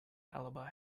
alibi